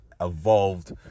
evolved